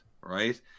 right